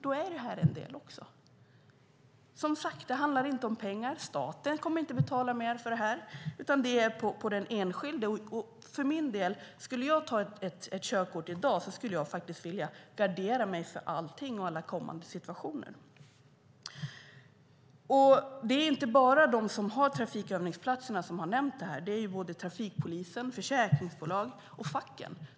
Då är detta också en del. Det handlar, som sagt, inte om pengar. Staten kommer inte att betala mer för detta, utan det får den enskilde göra. Om jag skulle ta körkort i dag skulle jag vilja gardera mig mot alla kommande situationer. Det är inte bara de som har trafikövningsplatserna som har nämnt detta. Det är även trafikpolisen, försäkringsbolagen och facken.